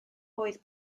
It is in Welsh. oedd